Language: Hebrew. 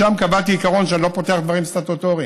משם קבעתי עיקרון שאני לא פותח דברים סטטוטוריים.